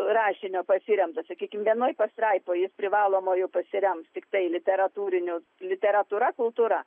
rašinio pasiremta sakykim vienoj pastraipoj jis privalomuoju pasirems tiktai literatūriniu literatūra kultūra